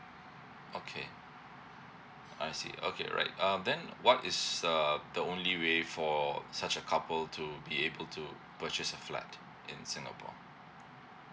okay I see okay all right um then what is um the only way for such a couple to be able to purchase a flat in singapore